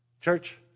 church